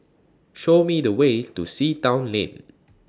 Show Me The Way to Sea Town Lane